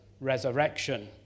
resurrection